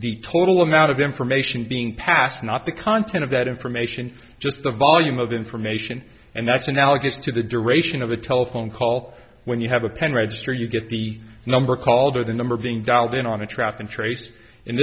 the total amount of information being passed not the content of that information just the volume of information and that's analogous to the duration of a telephone call when you have a pen register you get the number called or the number being dolled in on a trap and trace in